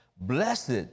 blessed